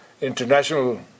international